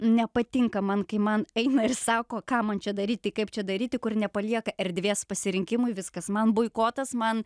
nepatinka man kai man eina ir sako ką man čia daryti kaip čia daryti kur nepalieka erdvės pasirinkimui viskas man buikotas man